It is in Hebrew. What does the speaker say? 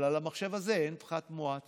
אבל על המחשב הזה אין פחת מואץ.